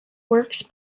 works